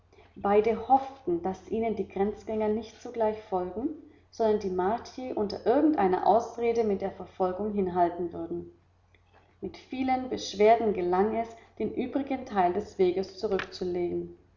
beide hofften daß ihnen die grenzjäger nicht sogleich folgen sondern die martier unter irgendeiner ausrede mit der verfolgung hinhalten würden mit vielen beschwerden gelang es den übrigen teil des weges zurückzulegen